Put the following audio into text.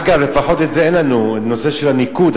אגב, לפחות את זה אין לנו, הנושא של הניקוד.